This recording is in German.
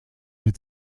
mit